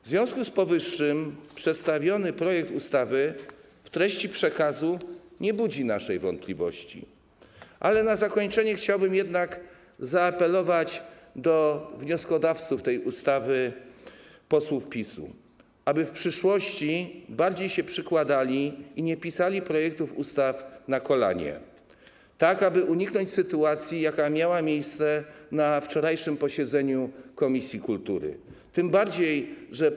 W związku z powyższym przedstawiony projekt ustawy w treści przekazu nie budzi naszych wątpliwości, ale na zakończenie chciałbym jednak zaapelować do wnioskodawców tej ustawy, posłów PiS-u, aby w przyszłości bardziej się przykładali i nie pisali projektów ustaw na kolanie, tak aby uniknąć sytuacji, jaka miała miejsce na wczorajszym posiedzeniu Komisji Kultury i Środków Przekazu.